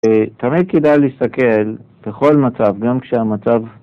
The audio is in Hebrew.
תמיד כדאי להסתכל, בכל מצב, גם כשהמצב...